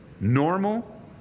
Normal